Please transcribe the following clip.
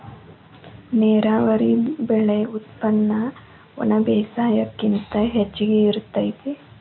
ನೇರಾವರಿ ಬೆಳೆ ಉತ್ಪನ್ನ ಒಣಬೇಸಾಯಕ್ಕಿಂತ ಹೆಚಗಿ ಇರತತಿ